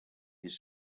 his